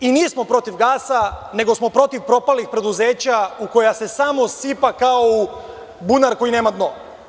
I nismo protiv gasa nego smo protiv propalih preduzeća u koja se samo sipa kao u bunar koji nema dno.